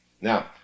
Now